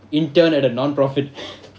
intern at a non-profit